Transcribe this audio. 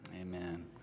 Amen